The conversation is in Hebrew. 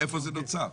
איפה זה נוצר?